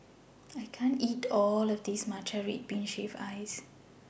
I can't eat All of This Matcha Red Bean Shaved Ice